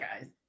guys